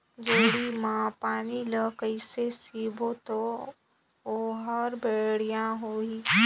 जोणी मा पानी ला कइसे सिंचबो ता ओहार बेडिया होही?